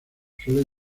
suele